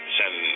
send